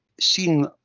seen